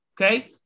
Okay